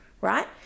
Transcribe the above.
right